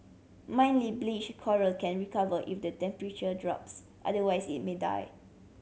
mildly bleached coral can recover if the temperature drops otherwise it may die